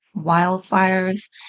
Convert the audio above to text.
wildfires